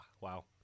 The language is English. wow